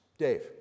Dave